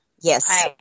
Yes